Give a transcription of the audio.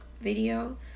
video